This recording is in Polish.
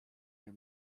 nie